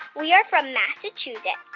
we are from massachusetts.